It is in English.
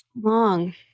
long